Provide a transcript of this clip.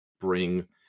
bring